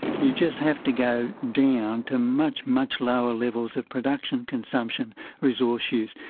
you just have to go down to much, much lower levels of production consumption resource use.